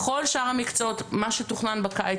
בכל שאר המקצועות מה שתוכנן בקיץ,